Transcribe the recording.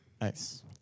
Nice